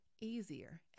easier